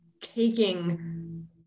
taking